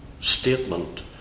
statement